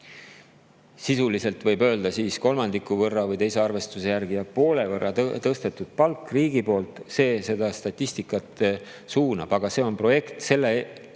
Sisuliselt võib öelda, et kolmandiku võrra või teise arvestuse järgi poole võrra on palk tõstetud riigi poolt. See seda statistikat suunab. Aga see on projekt, selle